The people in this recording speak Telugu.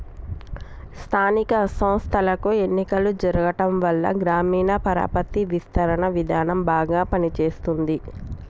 స్థానిక సంస్థలకు ఎన్నికలు జరగటంవల్ల గ్రామీణ పరపతి విస్తరణ విధానం బాగా పని చేస్తుంది